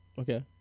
Okay